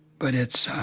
but it's